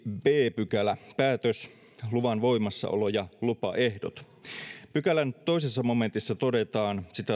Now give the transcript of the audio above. b pykälä päätös luvan voimassaolo ja lupaehdot pykälän toisessa momentissa todetaan